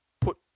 put